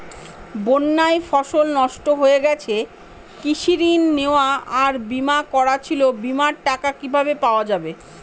বন্যায় ফসল নষ্ট হয়ে গেছে কৃষি ঋণ নেওয়া আর বিমা করা ছিল বিমার টাকা কিভাবে পাওয়া যাবে?